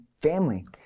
family